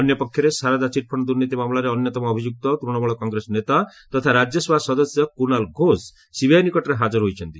ଅନ୍ୟପକ୍ଷରେ ଶାରଦା ଚିଟ୍ଫଶ୍ଚ ଦୁର୍ନୀତି ମାମଲାରେ ଅନ୍ୟତମ ଅଭିଯୁକ୍ତ ତୂଣମୂଳ କଂଗ୍ରେସ ନେତା ତଥା ରାଜ୍ୟସଭା ସଦସ୍ୟ କୁନାଲ ଘୋଷ ସିବିଆଇ ନିକଟରେ ହାଜର ହୋଇଛନ୍ତି